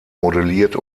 modelliert